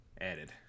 Added